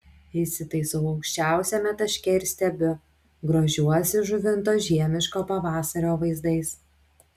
įsitaisau aukščiausiame taške ir stebiu grožiuosi žuvinto žiemiško pavasario vaizdais